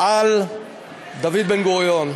על דוד בן-גוריון,